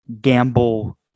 Gamble